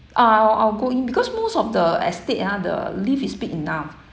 ah I'll I'll go in because most of the estate ah the lift is big enough